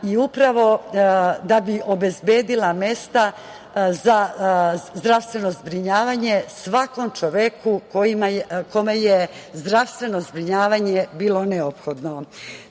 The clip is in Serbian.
i upravo da bi obezbedila mesta za zdravstveno zbrinjavanje svakom čoveku kome je zdravstveno zbrinjavanje bilo neophodno. Takođe,